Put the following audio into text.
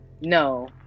no